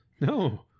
No